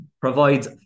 provides